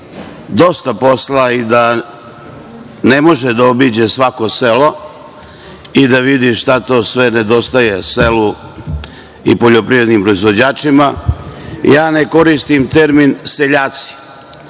dosta posla i da ne može da obiđe svako selo i da vidi šta to sve nedostaje selu i poljoprivrednim proizvođačima, ja ne koristim termin „seljaci“,